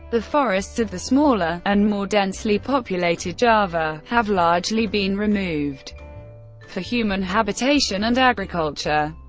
the forests of the smaller, and more densely populated java, have largely been removed for human habitation and agriculture.